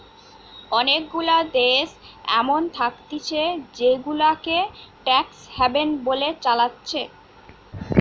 অনেগুলা দেশ এমন থাকতিছে জেগুলাকে ট্যাক্স হ্যাভেন বলে চালাচ্ছে